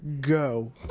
go